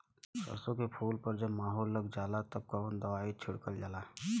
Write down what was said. सरसो के फूल पर जब माहो लग जाला तब कवन दवाई छिड़कल जाला?